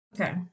Okay